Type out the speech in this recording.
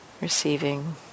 Receiving